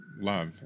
love